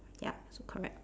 ya so correct